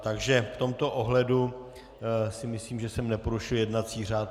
V tomto ohledu si myslím, že jsem neporušil jednací řád.